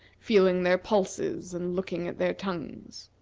feeling their pulses and looking at their tongues.